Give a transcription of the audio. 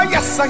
Yes